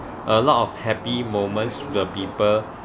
a lot of happy moments with people